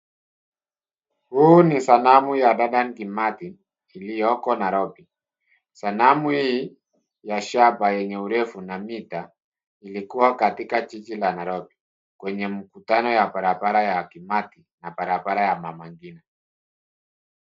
Huu ni sanamu ya Dedan Kimathi iliyoko Nairobi. Sanamu hii ya shaba yenye urefu na mita ilikua katika jiji la Nairobi kwenye mkutano ya barabara ya kimathi na barabara ya mama ngina.